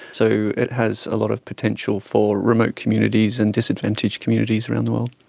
so it has a lot of potential for remote communities and disadvantaged communities around the world.